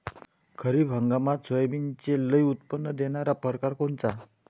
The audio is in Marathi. खरीप हंगामात सोयाबीनचे लई उत्पन्न देणारा परकार कोनचा?